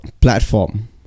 platform